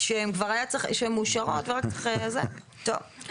זה לא שאלה של אם, אלא שאלה של מתי.